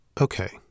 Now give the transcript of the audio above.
Okay